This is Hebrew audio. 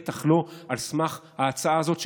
בטח לא על סמך ההצעה הזאת,